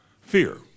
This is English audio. Fear